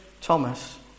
Thomas